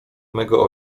mego